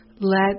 let